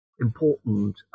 important